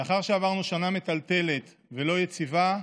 לאחר שעברנו שנה מטלטלת ולא יציבה,